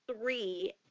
three